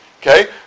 Okay